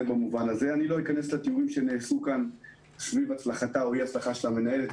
לא אכנס לתיאורים שנאמרו פה סביב הצלחתה או אי-הצלחתה של המנהלת,